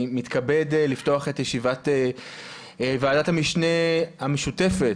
אני מתכבד לפתוח את ישיבת ועדת המשנה המשותפת,